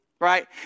right